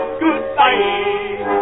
goodbye